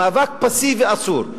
מאבק פסיבי אסור,